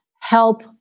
help